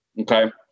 Okay